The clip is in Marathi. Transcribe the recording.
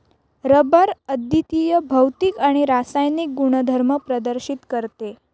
रबर अद्वितीय भौतिक आणि रासायनिक गुणधर्म प्रदर्शित करते